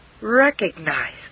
recognize